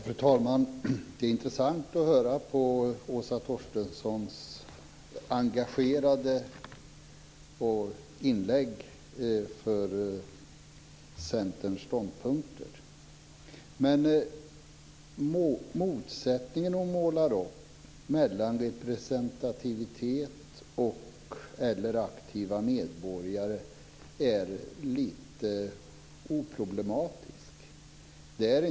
Fru talman! Det är intressant att höra på Åsa Torstenssons engagerade inlägg för Centerns ståndpunkter. Motsättningen hon målar upp mellan representativitet eller aktiva medborgare är lite problematisk.